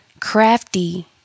Crafty